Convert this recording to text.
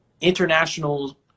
international